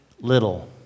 little